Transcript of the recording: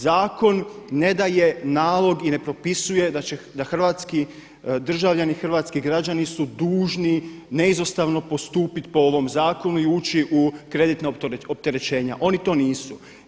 Zakon ne daje nalog i ne propisuje da će hrvatski državljani, hrvatski građani su dužni neizostavno postupiti po ovom zakonu i ući u kreditno opterećenja, oni to nisu.